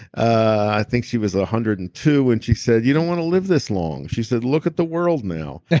i think she was one ah hundred and two when she said, you don't want to live this long. she said, look at the world now.